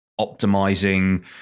optimizing